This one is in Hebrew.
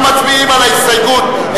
אנחנו מצביעים על ההסתייגות,